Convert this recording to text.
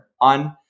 on